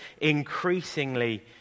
increasingly